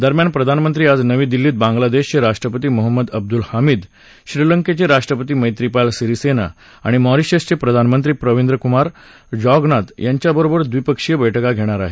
दरम्यान प्रधानमंत्री आज नवी दिल्लीत बांग्लादेशचे राष्ट्रपती मोहम्मद अब्दुल हामिद श्रीलंकेचे राष्ट्रपती मैत्रीपाल सिरीसेना आणि मॉरिशसचे प्रधानमंत्री प्रविन्द कुमार जगनॉथ यांच्याबरोबर द्विपक्षीय बैठका घेणार आहेत